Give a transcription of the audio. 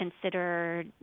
consider